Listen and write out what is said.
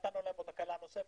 נתנו להם הקלה נוספת,